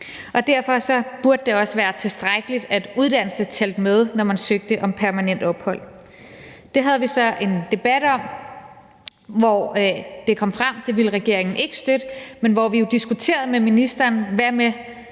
derfor burde det også være tilstrækkeligt, at uddannelse talte med, når man søgte om permanent ophold. Det havde vi så en debat om, hvor det kom frem, at regeringen ikke ville støtte det, men hvor vi jo diskuterede med ministeren, om